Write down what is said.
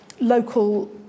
local